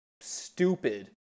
stupid